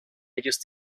ellos